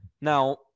Now